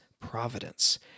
providence